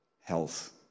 health